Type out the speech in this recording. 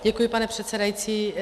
Děkuji, pane předsedající.